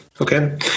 Okay